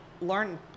learn –